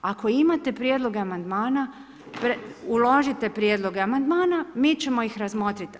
Ako imate prijedloge amandmana uložite prijedloge amandmana mi ćemo ih razmotriti.